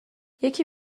یکی